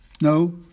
No